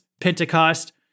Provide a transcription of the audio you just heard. Pentecost